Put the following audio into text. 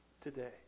today